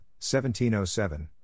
1707